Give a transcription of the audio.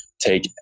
take